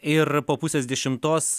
ir po pusės dešimtos